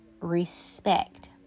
Respect